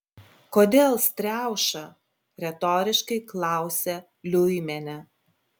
kodėl striauša retoriškai klausė liuimienė